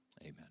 amen